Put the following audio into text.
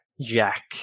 Jack